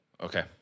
Okay